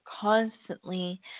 constantly